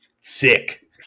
sick